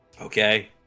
Okay